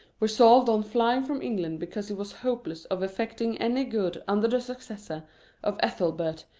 resolved on flying from england because he was hopeless of eitecting any good under the successor of ethelbert,